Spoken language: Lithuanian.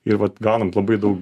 ir vat gaunam labai daug